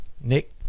Nick